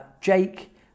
Jake